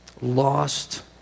lost